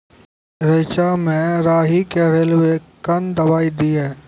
रेचा मे राही के रेलवे कन दवाई दीय?